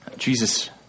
Jesus